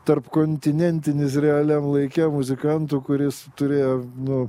tarpkontinentinis realiam laike muzikantų kuris turėjo nu